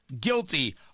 guilty